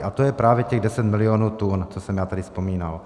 A to je právě těch 10 milionů tun, co jsem já tady vzpomínal.